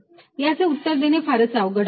याचे उत्तर देणे फारच अवघड आहे